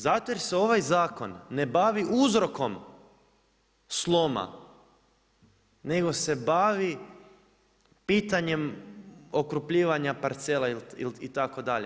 Zato jer se ovaj zakon ne bavi uzrokom sloma nego se bavi pitanjem okrupljivanja parcela itd.